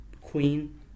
Queen